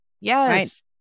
yes